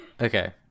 Okay